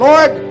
Lord